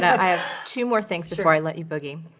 i have two more things before i let you boogie.